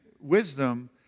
wisdom